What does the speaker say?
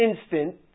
instant